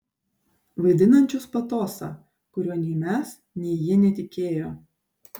vaidinančius patosą kuriuo nei mes nei jie netikėjo